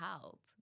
help